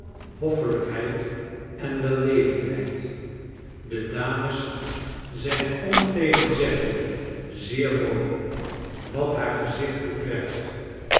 hoffelijkheid en wellevendheid de dames zijn ontegenzeglijk zeer mooi wat haar gezicht betreft